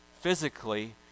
physically